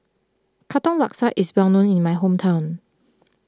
Katong Laksa is well known in my hometown